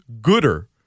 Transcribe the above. gooder